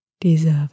deserve